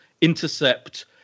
intercept